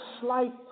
slight